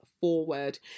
forward